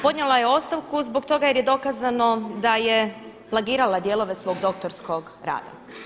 Podnijela je ostavku zbog toga jer je dokazano da je plagirala dijelove svog doktorskog rada.